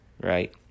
right